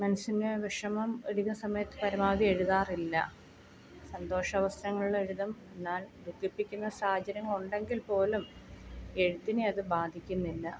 മനസ്സിന് വിഷമം എടുക്കുന്ന സമയത്ത് പരമാവധി എഴുതാറില്ല സന്തോഷാവസരങ്ങളിൽ എഴുതും എന്നാൽ ദുഃഖിപ്പിക്കുന്ന സാഹചര്യങ്ങൾ ഉണ്ടെങ്കിൽ പോലും എഴുത്തിനെ അത് ബാധിക്കുന്നില്ല